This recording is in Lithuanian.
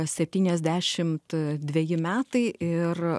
septyniasdešim dveji metai ir